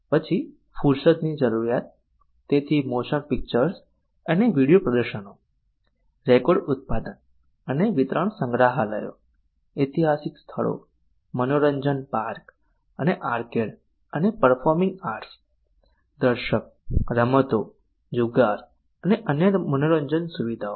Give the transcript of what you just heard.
પછી ફુરસદની જરૂરિયાત તેથી મોશન પિક્ચર્સ અને વિડીયો પ્રદર્શનો રેકોર્ડ ઉત્પાદન અને વિતરણ સંગ્રહાલયો એતિહાસિક સ્થળો મનોરંજન પાર્ક અને આર્કેડ અને પરફોર્મિંગ આર્ટ્સ દર્શક રમતો જુગાર અને અન્ય મનોરંજન સુવિધાઓ